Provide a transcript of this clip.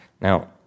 Now